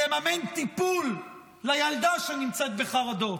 לממן טיפול לילדה שנמצאת בחרדות,